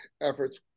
Effort's